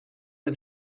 ein